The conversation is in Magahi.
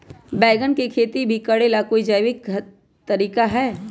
बैंगन के खेती भी करे ला का कोई जैविक तरीका है?